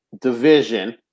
division